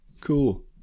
Cool